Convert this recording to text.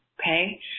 okay